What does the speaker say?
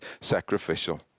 sacrificial